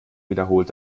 wiederholt